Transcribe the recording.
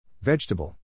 Vegetable